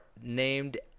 named